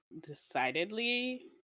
decidedly